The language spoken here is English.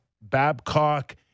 Babcock